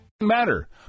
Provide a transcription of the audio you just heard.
matter